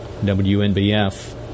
WNBF